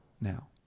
now